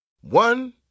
One